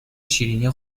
شیرینی